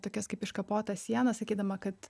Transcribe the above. tokias kaip iškapotas sienas sakydama kad